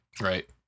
Right